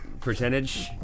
Percentage